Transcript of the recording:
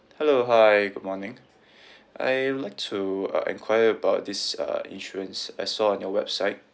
hello hi good morning I would like to uh enquire about this uh insurance I saw on your website